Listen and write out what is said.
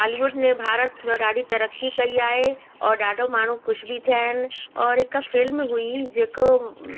बॉलीवुड ने भारत जो ॾाढी तरक़ी कई आहे औरि ॾाढो माण्हू ख़ुशि बि थिया आहिनि औरि हिकु फिल्म हुई जेको